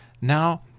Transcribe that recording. Now